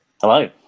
hello